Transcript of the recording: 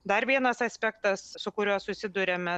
dar vienas aspektas su kuriuo susiduriame